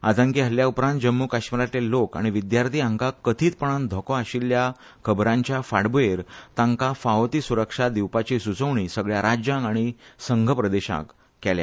आतंकी हल्ल्या उपरांत जम्मू काश्मीरातले लोक आनी विद्यार्थी हांका कथीतपणान धोको आशिल्ल्या खबरांच्या फांटभूयेर तांका फावो ती सुरक्षा दिवपाची सुचोवणी सगळया राज्यांक आनी संघ प्रदेशांक केल्या